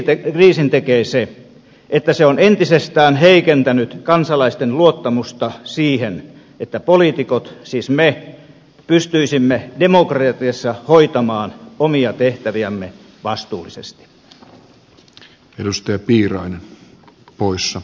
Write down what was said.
poliittiseksi kriisin tekee se että se on entisestään heikentänyt kansalaisten luottamusta siihen että poliitikot siis me pystyisimme demokratiassa hoitamaan omia tehtäviämme vastuullisesti